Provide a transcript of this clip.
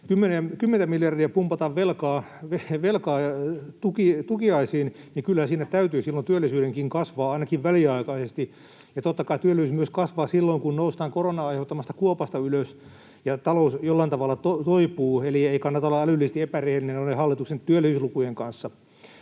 miljardeja pumpataan velkaa tukiaisiin, niin kyllähän siinä täytyy silloin työllisyydenkin kasvaa ainakin väliaikaisesti. Totta kai työllisyys myös kasvaa silloin, kun noustaan koronan aiheuttamasta kuopasta ylös ja talous jollain tavalla toipuu. Eli ei kannata olla älyllisesti epärehellinen noiden hallituksen työllisyyslukujen kanssa.